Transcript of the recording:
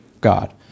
God